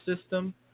system